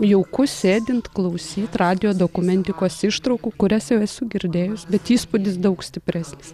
jauku sėdint klausyt radijo dokumentikos ištraukų kurias jau esu girdėjus bet įspūdis daug stipresnis